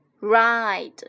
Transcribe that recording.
ride